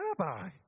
rabbi